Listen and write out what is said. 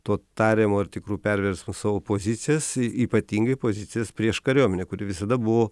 tuo tariamu ar tikru perversmu savo pozicijas ypatingai pozicijas prieš kariuomenę kuri visada buvo